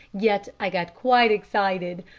yet i got quite excited.